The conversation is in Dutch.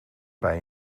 bij